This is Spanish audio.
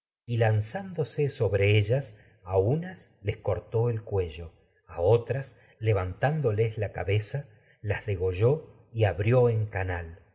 y lanzándose sobre ellas la les cortó el cuello a otras en levantándoles cabeza las degolló y abrió canal